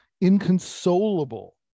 inconsolable